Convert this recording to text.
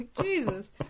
Jesus